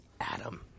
Adam